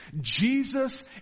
Jesus